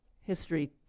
History